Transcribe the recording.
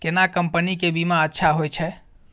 केना कंपनी के बीमा अच्छा होय छै?